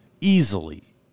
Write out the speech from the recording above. easily